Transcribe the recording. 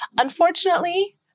unfortunately